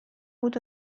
بود